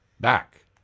Back